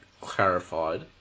clarified